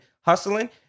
hustling